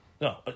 No